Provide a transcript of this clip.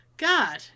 God